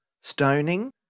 stoning